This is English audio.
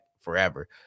forever